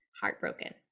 Heartbroken